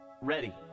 ready